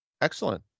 Excellent